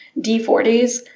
D40s